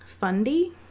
Fundy